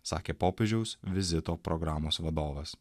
sakė popiežiaus vizito programos vadovas